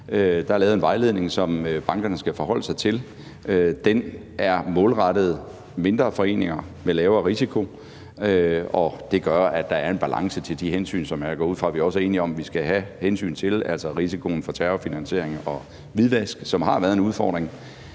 Der er lavet en vejledning, som bankerne skal forholde sig til. Den er målrettet mindre foreninger med lavere risiko, og det gør, at der er en balance i forhold til de hensyn, som jeg går ud fra at vi er enige om at vi skal have, altså risikoen for terrorfinansiering og hvidvask, som har været en udfordring.